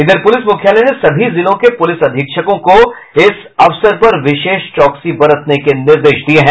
इधर प्रलिस मुख्यालय ने सभी जिलों के पुलिस अधीक्षकों को इस अवसर पर विशेष चौकसी बरतने के निर्देश दिये हैं